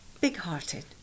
big-hearted